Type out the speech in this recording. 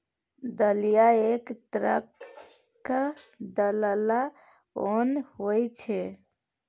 दलिया एक तरहक दरलल ओन होइ छै